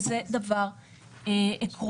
וזה דבר עקרוני.